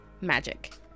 magic